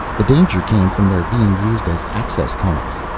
the danger came from their being used as access tunnels.